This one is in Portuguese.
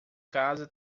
casa